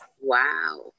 Wow